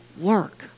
work